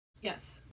Yes